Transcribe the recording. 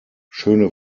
schöne